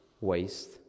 waste